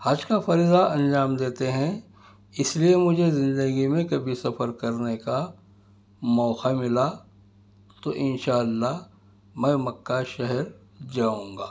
حج کا فریضہ انجام دیتے ہیں اس لئے مجھے زندگی میں کبھی سفر کرنے کا موقعہ ملا تو ان شاء اللہ میں مکہ شہر جاؤں گا